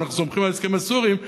אבל אנחנו סומכים על ההסכם עם הסורים.